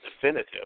definitive